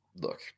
look